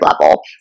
level